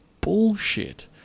bullshit